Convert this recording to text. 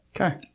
Okay